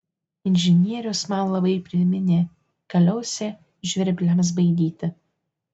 inžinierius man labai priminė kaliausę žvirbliams baidyti